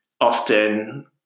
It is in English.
Often